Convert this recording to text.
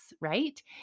right